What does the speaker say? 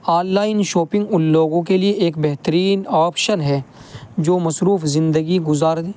on line shopping ان لوگوں کے لیے ایک بہترین آپشن ہے جو مصروف زندگی گزارنے